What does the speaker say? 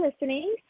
listening